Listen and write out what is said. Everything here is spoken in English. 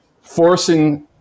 forcing